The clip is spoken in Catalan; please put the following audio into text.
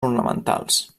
ornamentals